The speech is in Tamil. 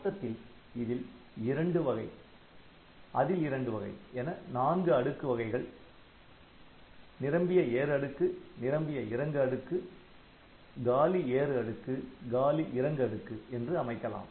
மொத்தத்தில் இதில் இரண்டு வகை அதில் இரண்டு வகை என நான்கு அடுக்கு வகைகள் நிரம்பிய ஏறு அடுக்கு நிரம்பிய இறங்கு அடுக்கு காலி ஏறு அடுக்கு காலி இறங்கு அடுக்கு என்று அமைக்கலாம்